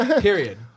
Period